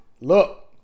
Look